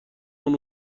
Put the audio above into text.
اون